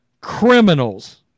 Criminals